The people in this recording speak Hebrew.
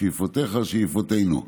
שאיפותיך, שאיפותינו.